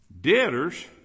debtors